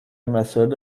مسائل